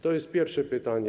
To jest pierwsze pytanie.